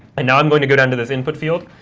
and now i'm going to go down to this input field,